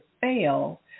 fail